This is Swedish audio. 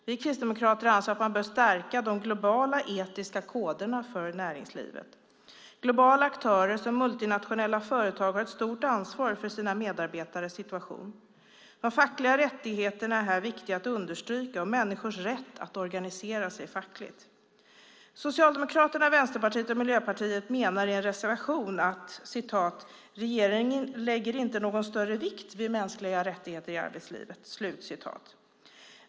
Vi kristdemokrater anser att man bör stärka de globala etiska koderna för näringslivet. Globala aktörer som multinationella företag har ett stort ansvar för sina medarbetares situation. De fackliga rättigheterna är här viktiga att understryka liksom människors rätt att organisera sig fackligt. Socialdemokraterna, Vänsterpartiet och Miljöpartiet menar i en reservation att regeringen inte lägger "någon större vikt vid mänskliga rättigheter i arbetslivet".